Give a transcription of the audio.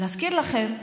להזכיר לכם,